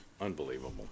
Unbelievable